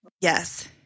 Yes